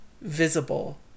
visible